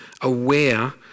aware